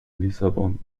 lissabon